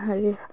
হেৰি